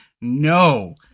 No